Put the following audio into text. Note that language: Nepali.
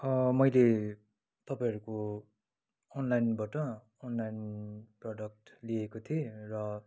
मैले तपाईँहरूको अनलाइनबाट अनलाइन प्रोडक्ट लिएको थिएँ र